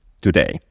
today